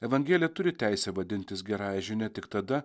evangelija turi teisę vadintis gerąja žinia tik tada